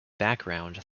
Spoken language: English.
background